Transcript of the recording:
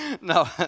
no